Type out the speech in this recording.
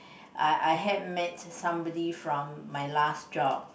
I I had met somebody from my last job